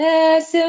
Yes